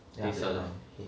yeah black [one]